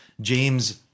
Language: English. James